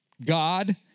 God